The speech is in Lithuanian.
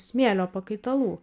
smėlio pakaitalų